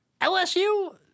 LSU